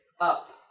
up